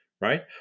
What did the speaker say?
right